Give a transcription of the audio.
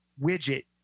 widget